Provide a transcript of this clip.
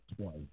twice